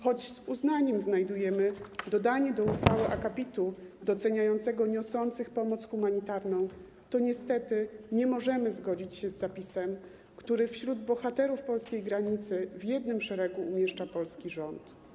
Choć z uznaniem znajdujemy dodanie do uchwały akapitu doceniającego niosących pomoc humanitarną, to niestety nie możemy zgodzić się z zapisem, który wśród bohaterów polskiej granicy w jednym szeregu umieszcza polski rząd.